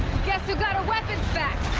guess who got her weapons back?